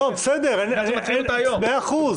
בסדר, מאה אחוז.